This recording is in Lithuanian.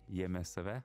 jame save